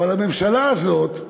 אבל הממשלה הזאת,